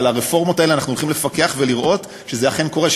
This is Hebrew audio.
ועל הרפורמות האלה אנחנו הולכים לפקח ולראות שזה אכן קורה,